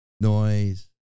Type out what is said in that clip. noise